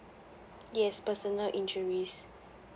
yes personal injuries